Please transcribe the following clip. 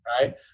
right